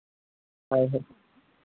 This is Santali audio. ᱦᱳᱭ ᱦᱳᱭ